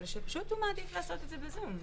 אלא שהוא פשוט מעדיף לעשות את זה בזום.